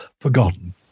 forgotten